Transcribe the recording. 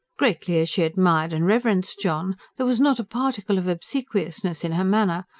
greatly as she admired and reverenced john, there was not a particle of obsequiousness in her manner,